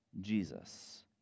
jesus